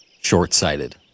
short-sighted